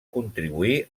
contribuir